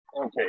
Okay